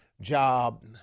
job